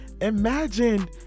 Imagine